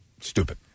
stupid